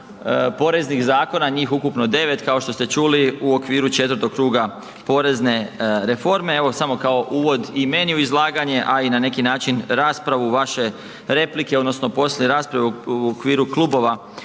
poreznih zakona, njih ukupno 9 kao što ste čuli u okviru 4. kruga porezne reforme. Evo samo kao uvod i meni u izlaganje, a i na neki način raspravu i vaše replike odnosno poslije rasprave u okviru klubova